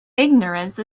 ignorance